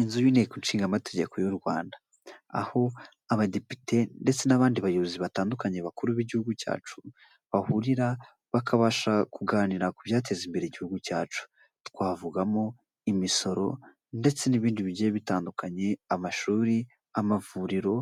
Inzu y'Inteko Nshingategeko y'u Rwanda, aho abadepite ndetse n'abandi bayobozi batandukanye bakuru b'igihugu cyacu bahurira bakabasha kuganira ku byateza imbere Igihugu cyacu, twavugamo imisoro ndetse n'ibindi bigiye bitandukanye, amashuri, amavuriro